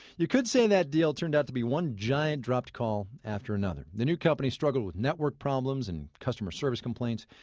you could say that deal turned out to be one giant dropped call after another. the new company struggled with network problems and customer service complaints.